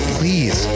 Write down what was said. please